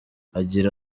agira